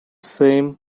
same